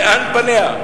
לאן פניה?